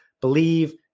believe